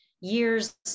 years